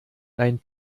dein